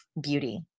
beauty